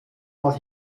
mal